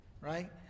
Right